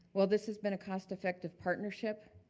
while this has been a cost effective partnership,